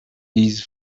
these